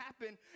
happen